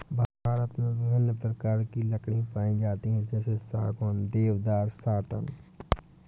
भारत में विभिन्न प्रकार की लकड़ी पाई जाती है जैसे सागौन, देवदार, साटन